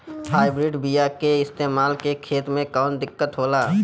Hybrid बीया के इस्तेमाल से खेत में कौन दिकत होलाऽ?